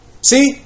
See